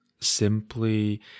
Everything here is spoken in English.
simply